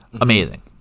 Amazing